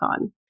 on